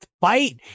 fight